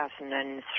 2003